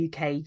UK